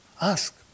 ask